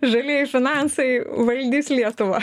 žalieji finansai valdys lietuvą